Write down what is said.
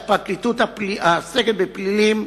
שהסגל בפלילים,